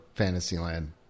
Fantasyland